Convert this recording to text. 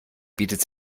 bietet